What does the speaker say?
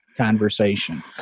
conversation